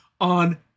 on